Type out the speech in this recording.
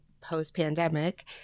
post-pandemic